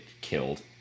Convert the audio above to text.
killed